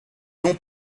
non